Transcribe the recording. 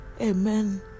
amen